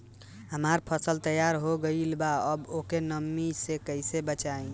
हमार फसल तैयार हो गएल बा अब ओके नमी से कइसे बचाई?